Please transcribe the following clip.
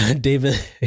David